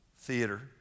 theater